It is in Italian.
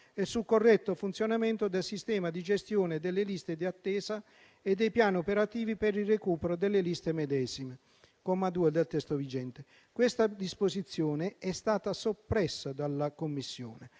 e sul corretto funzionamento del sistema di gestione delle liste di attesa e dei piani operativi per il recupero delle liste medesime (comma 2 del testo vigente). Questa disposizione è stata soppressa dalla Commissione.